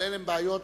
אבל אלה הן בעיות,